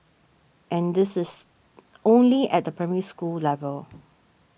and this is only at the Primary School level